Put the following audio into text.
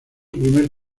primer